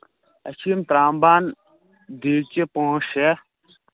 اَسہِ چھِ یِم ترٛامہٕ بانہٕ دیٖچہِ پانٛژھ شےٚ